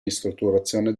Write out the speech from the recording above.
ristrutturazione